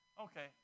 Okay